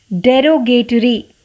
derogatory